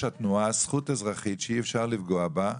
התנועה זכות אזרחית שאי אפשר לפגוע בה,